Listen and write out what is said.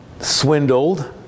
swindled